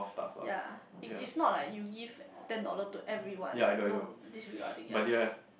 ya it is not like you give ten dollar to everyone no this will I think ya